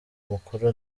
mukuru